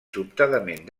sobtadament